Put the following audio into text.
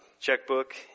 checkbook